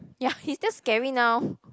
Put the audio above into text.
ya he's just scary now